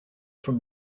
from